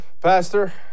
Pastor